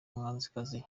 muhanzikazi